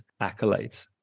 accolades